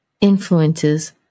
influences